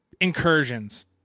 Incursions